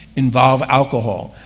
involve alcohol,